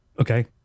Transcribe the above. okay